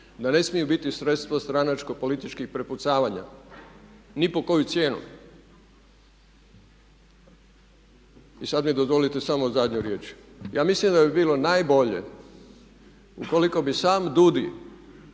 da ne smiju biti sredstvo stranačko političkih prepucavanja, ni po koju cijenu. I sada mi dozvolite samo zadnju riječ, ja mislim da bi bilo najbolje ukoliko bi sam DUUDI